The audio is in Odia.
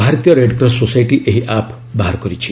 ଭାରତୀୟ ରେଡ୍କ୍ରସ ସୋସାଇଟି ଏହି ଆପ୍ ବାହାର କରିଛି